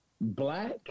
Black